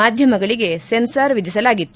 ಮಾಧ್ವಮಗಳಗೆ ಸೆನ್ಲಾರ್ ವಿಧಿಸಲಾಗಿತ್ತು